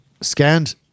scanned